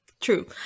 true